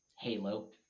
halo